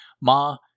Ma